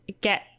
get